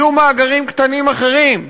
יהיו מאגרים קטנים אחרים: